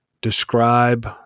Describe